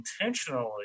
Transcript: intentionally